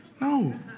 No